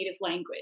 language